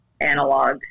analog